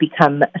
become